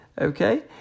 Okay